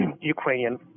Ukrainian